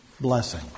blessing